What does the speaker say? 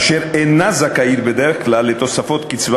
אשר אינה זכאית בדרך כלל לתוספות קצבה